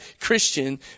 christian